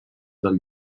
del